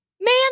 man